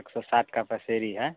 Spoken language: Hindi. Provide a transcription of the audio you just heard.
एक सौ साठ का पसेरी है